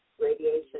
radiation